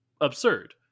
absurd